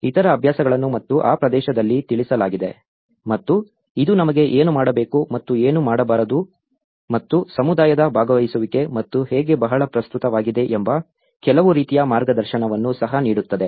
ಇತರ ಅಭ್ಯಾಸಗಳನ್ನು ಮತ್ತು ಆ ಪ್ರದೇಶದಲ್ಲಿ ತಿಳಿಸಲಾಗಿದೆ ಮತ್ತು ಇದು ನಮಗೆ ಏನು ಮಾಡಬೇಕು ಮತ್ತು ಏನು ಮಾಡಬಾರದು ಮತ್ತು ಸಮುದಾಯದ ಭಾಗವಹಿಸುವಿಕೆ ಮತ್ತು ಹೇಗೆ ಬಹಳ ಪ್ರಸ್ತುತವಾಗಿದೆ ಎಂಬ ಕೆಲವು ರೀತಿಯ ಮಾರ್ಗದರ್ಶನವನ್ನು ಸಹ ನೀಡುತ್ತದೆ